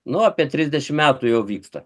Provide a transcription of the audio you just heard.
nu apie trisdešimt metų jau vyksta